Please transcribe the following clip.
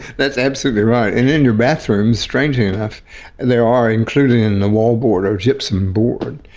that's absolutely right, and in your bathroom strangely enough there are included in the wall board, our gypsum board,